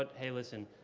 but hey, listen,